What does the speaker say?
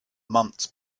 months